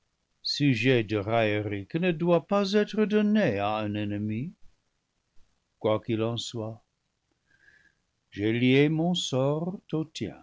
sujet de raillerie qui ne doit pas être donné à un ennemi quoi qu'il en soit j'ai lié mon sort